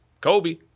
Kobe